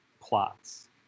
plots